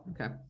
Okay